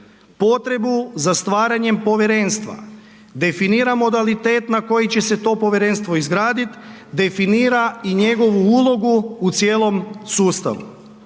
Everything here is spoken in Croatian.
potrebu za stvaranjem povjerenstva, definira modalitet na koji će se to povjerenstvo izgradit, definira i njegovu ulogu u cijelom sustavu.